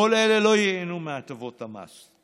כל אלה לא ייהנו מהטבות המס,